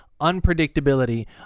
unpredictability